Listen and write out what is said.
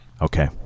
okay